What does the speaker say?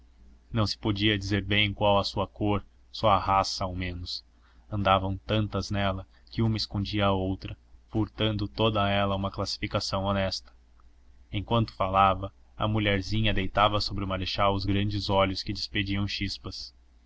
não se podia dizer bem qual a sua cor sua raça ao menos andavam tantas nela que uma escondia a outra furtando toda ela a uma classificação honesta enquanto falava a mulherzinha deitava sobre o marechal os grandes olhos que despediam chispas